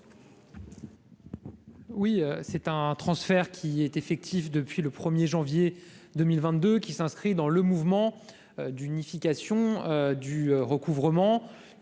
? Ce transfert est effectif depuis le 1 janvier 2022. Il s'inscrit dans le mouvement d'unification du recouvrement,